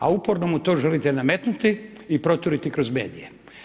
A uporno mu to želite nametnuti i proturiti kroz medije.